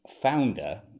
founder